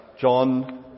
John